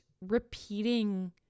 repeating